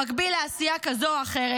במקביל לעשייה כזו או אחרת,